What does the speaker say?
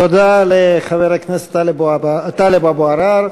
תודה לחבר הכנסת טלב אבו עראר.